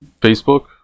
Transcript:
facebook